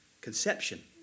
conception